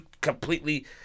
completely